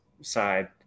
side